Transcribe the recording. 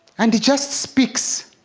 and it just speaks